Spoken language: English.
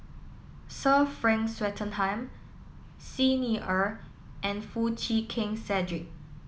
Sir Frank Swettenham Xi Ni Er and Foo Chee Keng Cedric